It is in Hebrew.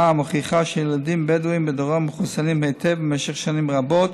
המוכיחה שילדים בדואים בדרום מחוסנים היטב במשך שנים רבות,